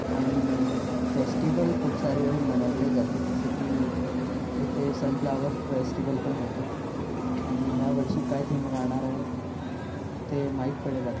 आणि फेस्टिव्हल खूप सारे मनवले जाते जसे की इथे सनफ्लॉवर फेस्टिव्हल पण होतो आणि ह्यावर्षी काय थीम राहणार आहे ते माहीत पडेल आता